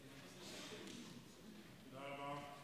תודה רבה.